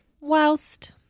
Whilst